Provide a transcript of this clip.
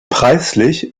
preislich